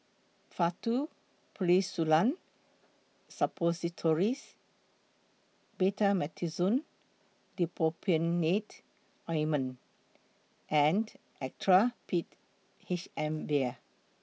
Faktu Policresulen Suppositories Betamethasone Dipropionate Ointment and Actrapid H M Vial